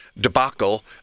Debacle